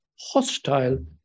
hostile